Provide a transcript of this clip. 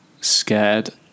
scared